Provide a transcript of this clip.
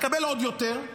תקבל עוד יותר.